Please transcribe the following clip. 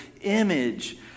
image